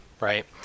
right